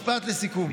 משפט לסיכום.